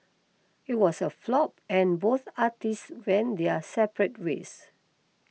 it was a flop and both artists went their separate ways